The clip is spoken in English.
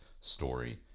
story